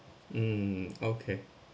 mm okay